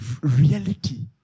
reality